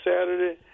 Saturday